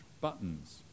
Buttons